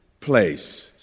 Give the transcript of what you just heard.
place